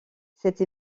cette